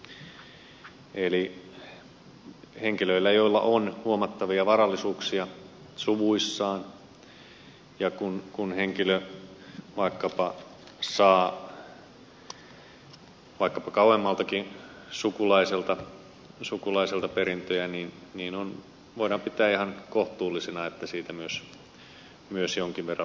eli kun henkilöllä on huomattavia varallisuuksia suvuissaan ja kun henkilö vaikkapa saa vaikkapa kauemmaltakin sukulaiselta perintöjä niin voidaan pitää ihan kohtuullisena että siitä myös jonkin verran veroa maksetaan